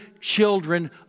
children